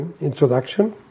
introduction